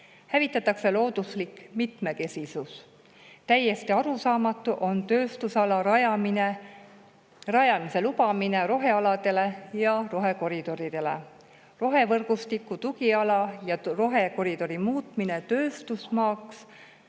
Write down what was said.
Hävitatakse looduslik mitmekesisus. Täiesti arusaamatu on, et tööstusala lubatakse rajada rohealadele ja rohekoridori. Rohevõrgustiku tugiala ja rohekoridori muutmine tööstusmaaks